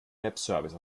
webservice